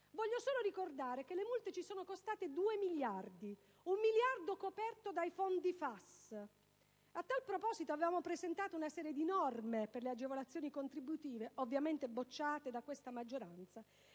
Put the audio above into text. Voglio solo ricordare che le multe ci sono costate 2 miliardi, 1 miliardo coperto dai fondi FAS. A tale proposito avevamo presentato una serie di norme per le agevolazioni contributive, ovviamente respinte da questa maggioranza,